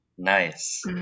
Nice